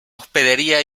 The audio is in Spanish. hospedería